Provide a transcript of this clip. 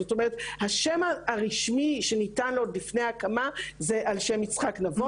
זאת אומרת השם הרשמי שניתן לו עוד לפני ההקמה זה על שם יצחק נבון.